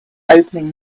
opening